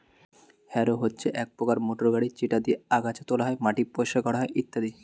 harrow হচ্ছে এক প্রকার মোটর গাড়ি যেটা দিয়ে আগাছা তোলা হয়, মাটি পরিষ্কার করা হয় ইত্যাদি